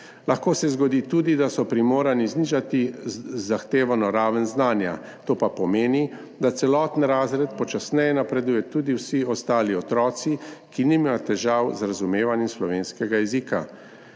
Lahko se zgodi tudi, da so primorani znižati zahtevano raven znanja. To pa pomeni, da celoten razred počasneje napreduje, tudi vsi ostali otroci, ki nimajo težav z razumevanjem slovenskega jezika.